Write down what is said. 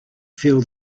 feel